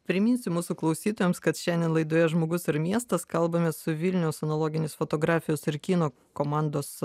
priminsiu mūsų klausytojams kad šiandien laidoje žmogus ir miestas kalbamės su vilniaus analoginės fotografijos ir kino komandos